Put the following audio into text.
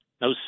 no